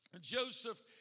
Joseph